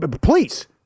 Please